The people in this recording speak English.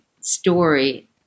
story